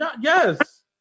Yes